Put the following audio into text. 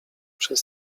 przez